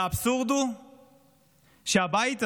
והאבסורד הוא שהבית הזה,